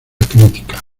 crítica